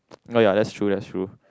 oh ya that's true that's true